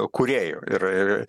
kūrėjų ir